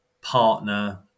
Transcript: partner